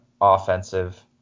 offensive